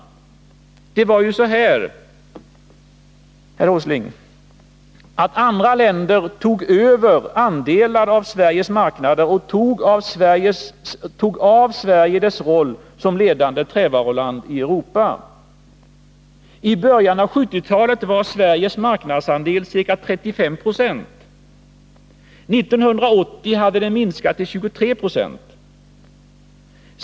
Det var ju så här, Nils Åsling. Andra länder tog över andelar av Sveriges marknader och tog av Sverige dess roll som ledande trävaruland i Europa. I början av 1970-talet var Sveriges marknadsandel ca 35 90, 1980 hade den minskat till 23 26.